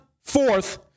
fourth